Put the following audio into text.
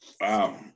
Wow